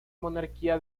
monarquía